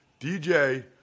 DJ